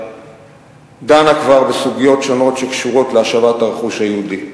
דנה כבר בסוגיות שונות שקשורות להשבת הרכוש היהודי.